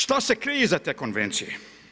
Šta se krije iza te konvencije?